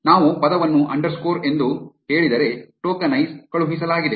ಆದ್ದರಿಂದ ನಾವು ಪದವನ್ನು ಅಂಡರ್ಸ್ಕೋರ್ ಎಂದು ಹೇಳಿದರೆ ಟೋಕನೈಸ್ ಕಳುಹಿಸಲಾಗಿದೆ